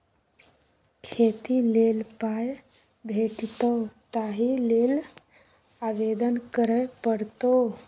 खेती लेल पाय भेटितौ ताहि लेल आवेदन करय पड़तौ